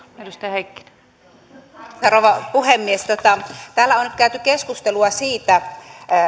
arvoisa rouva puhemies täällä on nyt käyty keskustelua siitä